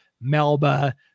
Melba